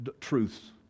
truths